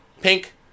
pink